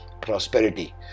prosperity